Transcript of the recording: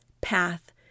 path